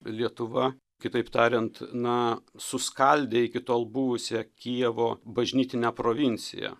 lietuva kitaip tariant na suskaldė iki tol buvusią kijevo bažnytinę provinciją